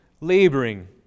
laboring